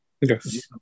Yes